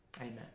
amen